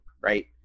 right